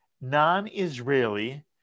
non-Israeli